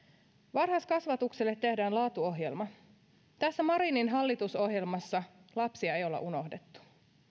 varhaiskasvatukselle tehdään laatuohjelma tässä marinin hallitusohjelmassa lapsia ei olla unohdettu